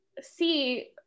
see